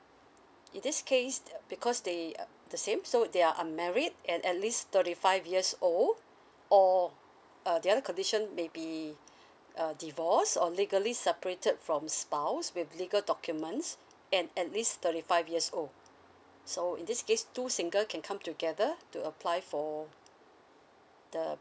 in this case because they uh the same so they are unmarried and at least thirty five years old or uh the other condition maybe uh divorce or legally separated from spouse with a legal documents and at least thirty five years old so in this case two single can come together to apply for the